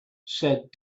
said